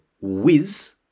whiz